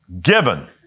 Given